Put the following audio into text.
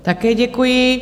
Také děkuji.